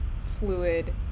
fluid